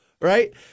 right